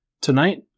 Tonight